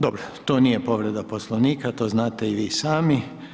Dobro, to nije povreda Poslovnika, to znate i vi sami.